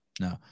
No